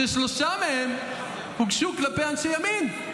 ששלושה מהם הוגשו כלפי אנשי ימין.